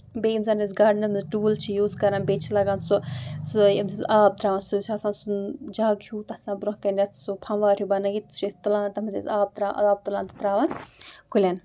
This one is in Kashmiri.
بیٚیہِ ییٚمہِ ساتہٕ أسۍ گارڈنَس منٛز ٹوٗل چھِ یوٗز کران بیٚیہِ چھِ لگان سُہ ییٚمہِ سۭتۍ آب تراوان سُہ چھُ آسان سُہ جگ ہیٚوو تَتھ چھُ آسان برونٛہہ کَنی سُہ پھموار ہیٚوو بَنٲیِتھ سُہ چھِ أسۍ تُلان تَتھ منٛز چھِ أسۍ آب تراوان آب تُلان تہٕ تراون کُلین